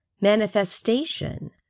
Manifestation